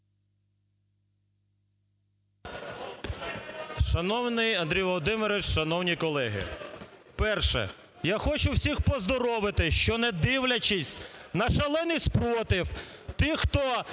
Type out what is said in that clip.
Шановний Андрій Володимирович, шановні колеги! Перше. Я хочу всіх поздоровити, що не дивлячись на шалений спротив тих, хто